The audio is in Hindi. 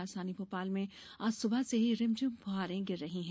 राजधानी भोपाल में आज सुबह से ही रिमझिम फूहारे गिर रही है